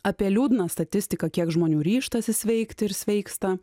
apie liūdną statistiką kiek žmonių ryžtasi sveikti ir sveiksta